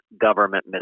government